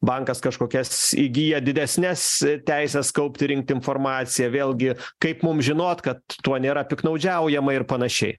bankas kažkokias įgyja didesnes teises kaupti rinkti informaciją vėlgi kaip mums žinot kad tuo nėra piktnaudžiaujama ir panašiai